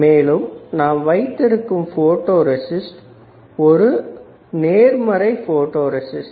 மேலும் நாம் வைத்திருக்கும் போட்டோ ரெசிஸ்ட ஒரு நேர்மறை போட்டோ ரெசிஸ்ட்